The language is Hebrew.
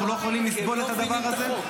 אנחנו לא יכולים לסבול את הדבר הזה?